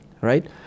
right